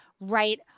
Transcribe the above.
right